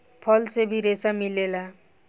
फल से भी रेसा मिलेला